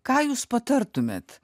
ką jūs patartumėt